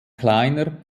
kleiner